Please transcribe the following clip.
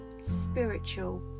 spiritual